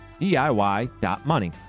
DIY.money